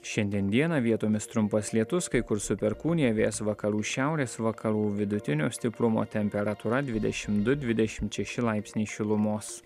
šiandien dieną vietomis trumpas lietus kai kur su perkūnija vėjas vakarų šiaurės vakarų vidutinio stiprumo temperatūra dvidešim du dvidešimt šeši laipsniai šilumos